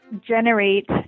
generate